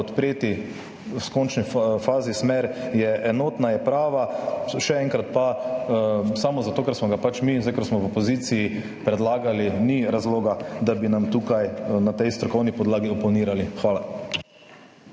podpreti, v končni fazi je smer enotna, je prava. Še enkrat pa, samo zato ker smo ga pač zdaj mi, ki smo v opoziciji, predlagali, ni razloga, da bi nam tukaj na tej strokovni podlagi oponirali. Hvala.